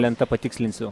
lenta patikslinsiu